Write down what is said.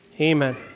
Amen